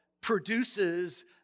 produces